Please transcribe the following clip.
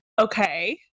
Okay